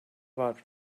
var